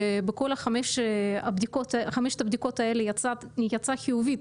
ובכל חמש הבדיקות האלה היא יצאה חיובית